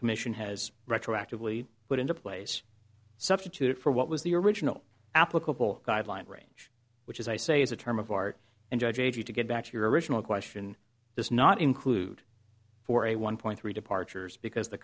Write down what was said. commission has retroactively put into place substituted for what was the original applicable guideline range which as i say is a term of art and judge a view to get back to your original question does not include for a one point three departures because the